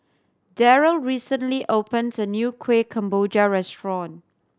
Darryl recently opened a new Kueh Kemboja restaurant